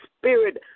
spirit